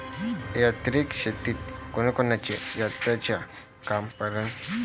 यांत्रिक शेतीत कोनकोनच्या यंत्राचं काम पडन?